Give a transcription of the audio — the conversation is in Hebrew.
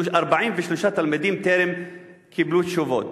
43 תלמידים טרם קיבלו תשובות.